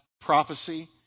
prophecy